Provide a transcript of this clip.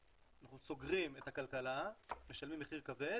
אנחנו סוגרים את הכלכלה, משלמים מחיר כבד